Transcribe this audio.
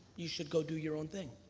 you should go do your own thing.